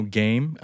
game